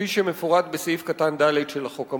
כמפורט בסעיף קטן (ד) בחוק המוצע.